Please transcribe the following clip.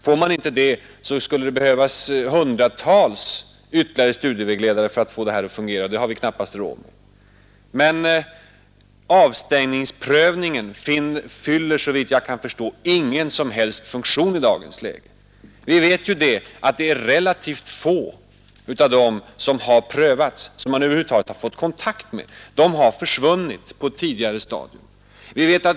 Får man inte det behövs det ytterligare hundratals studievägledare för att få det hela att fungera, och det har vi knappast råd med. Avstängningsprövningen fyller, såvitt jag kan förstå, ingen som helst funktion i dagens läge. Vi vet att det är relativt få som har prövats och som man över huvud taget har fått kontakt med. De andra har försvunnit på ett tidigare stadium.